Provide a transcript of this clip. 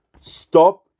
stop